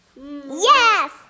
Yes